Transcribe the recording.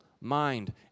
mind